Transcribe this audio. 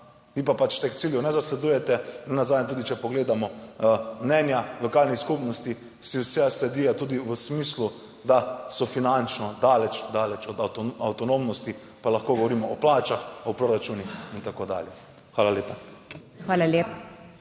vi pa teh ciljev ne zasledujete. Nenazadnje tudi, če pogledamo mnenja lokalnih skupnosti, si vse sledijo tudi v smislu, da so finančno daleč, daleč od avtonomnosti pa lahko govorimo o plačah, o proračunih in tako dalje. Hvala lepa.